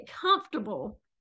comfortable